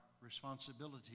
responsibility